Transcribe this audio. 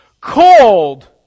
called